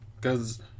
Cause